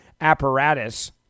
apparatus